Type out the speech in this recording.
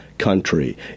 country